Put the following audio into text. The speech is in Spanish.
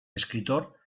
escritor